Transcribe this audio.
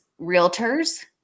realtors